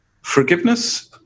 forgiveness